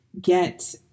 get